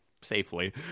safely